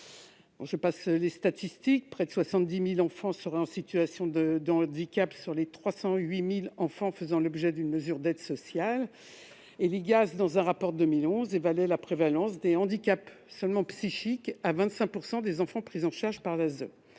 sur les statistiques : près de 70 000 enfants seraient en situation de handicap sur les 308 000 enfants faisant l'objet d'une mesure d'aide sociale. L'IGAS, dans un rapport de 2011, évaluait la prévalence des handicaps seulement psychiques à 25 % des enfants pris en charge par l'ASE,